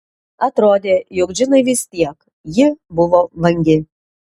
atrodė jog džinai vis tiek ji buvo vangi